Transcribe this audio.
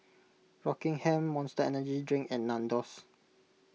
Rockingham Monster Energy Drink and Nandos